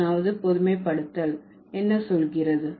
21வது பொதுமைப்படுத்தல் என்ன சொல்கிறது